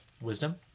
Wisdom